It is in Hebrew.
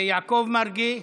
יעקב מרגי,